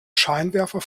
scheinwerfer